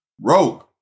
rogue